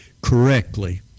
correctly